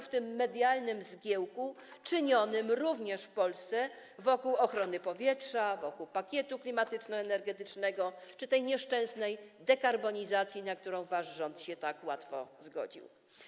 w tym medialnym zgiełku czynionym również w Polsce wokół ochrony powietrza, wokół pakietu klimatyczno-energetycznego czy tej nieszczęsnej dekarbonizacji, na którą wasz rząd się tak łatwo zgodził.